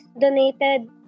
donated